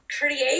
create